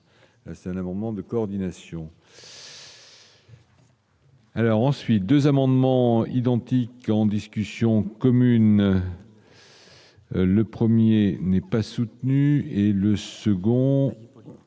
ça, la maman de coordination. Alors ensuite 2 amendements identiques en discussion commune. Le 1er n'est pas soutenu et le second